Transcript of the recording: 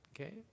Okay